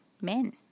men